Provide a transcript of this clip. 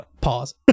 pause